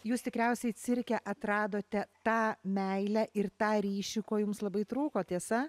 jūs tikriausiai cirke atradote tą meilę ir tą ryšį ko jums labai trūko tiesa